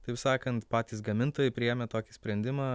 aip sakant patys gamintojai priėmė tokį sprendimą